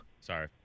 Sorry